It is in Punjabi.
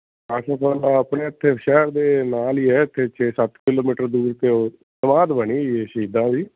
ਆਸ਼ਰਮ ਸਰ ਹਾਂ ਆਪਣੇ ਇੱਥੇ ਸ਼ਹਿਰ ਦੇ ਨਾਲ ਹੀ ਹੈ ਇੱਥੇ ਛੇ ਸੱਤ ਕਿਲੋਮੀਟਰ ਦੂਰ 'ਤੇ ਉਹ ਸਮਾਧ ਬਣੀ ਜੀ ਇਹ ਸ਼ਹੀਦਾਂ ਦੀ